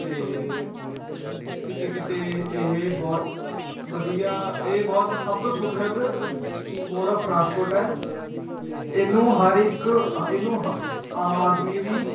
ਅਤੇ ਕਿਤੇ ਕਿਤੇ ਇਹ ਬਹੁਤ ਵਧੀਆ ਇਹ ਬਹੁਤ ਸਭ ਤੋਂ ਸੁਖਦ ਮੋਡ ਆਫ ਟਰਾਂਸਪੋਰਟ ਹੈ ਅਤੇ ਇਹਨੂੰ ਹਰ ਇੱਕ ਹ ਇਹਨੂੰ ਹ ਆਮ ਆਦਮੀ ਵੀ